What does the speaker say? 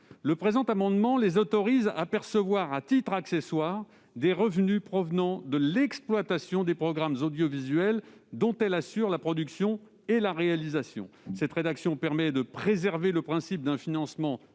le présent amendement vise à les autoriser à percevoir, à titre accessoire, des revenus provenant de l'exploitation des programmes audiovisuels dont elles assurent la production et la réalisation. Cette rédaction permet de préserver le principe d'un financement